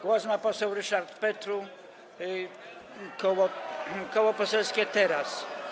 Głos ma poseł Ryszard Petru, Koło Poselskie Teraz!